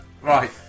Right